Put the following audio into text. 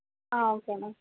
okay ma'am